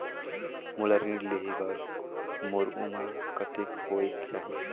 मोला ऋण लेहे बार मोर उमर कतेक होवेक चाही?